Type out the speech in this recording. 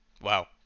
wow